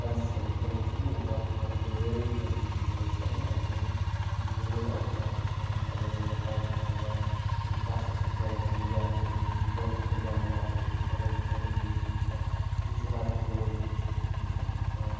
चान्सेसहरू किनभने छैन यो बाटो त अब धेरै रूपमा बिग्रिँदोरहेछ होइन आज पनि हामी यहाँनिर अड्किरहेको छौँ अब यहाँबाट ब्याक भएर सात सौ सत्रबाट जाने हो कि पन्बूको जाने बाटो हो कि तपाईँहरू त सधैँ हिँड्नुहुन्छ कुन चाहिँ बाटो गयो भने छिटो पुग्नुसकिन्छ